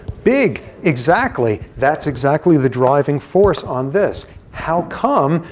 big. exactly. that's exactly the driving force on this how come?